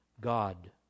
God